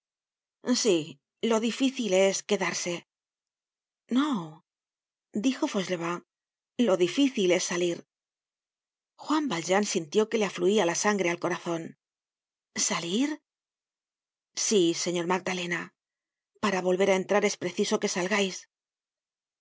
sí lo difícil es quedarse no dijo fauchelevent lo difícil es salir juan valjean sintió que le afluia la sangre al corazon salir sí señor magdalena para volver á entrar es preciso que salgais